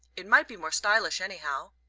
it might be more stylish, anyhow.